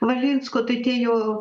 valinsko tai tie jo